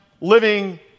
living